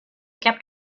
kept